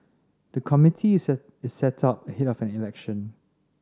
the committee is set is set up ahead of an election